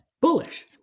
Bullish